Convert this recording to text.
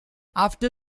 after